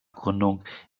gründung